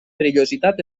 perillositat